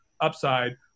upside